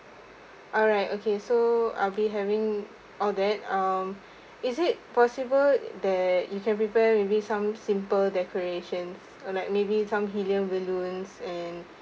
alright okay so are we having all that um is it possible that you can prepare maybe some simple decorations like maybe some helium balloons and